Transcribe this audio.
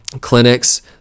clinics